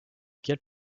quelle